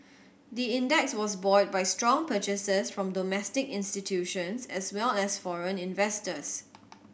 the index was buoyed by strong purchases from domestic institutions as well as foreign investors